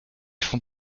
font